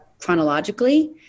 chronologically